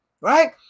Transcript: right